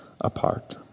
apart